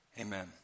Amen